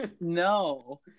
No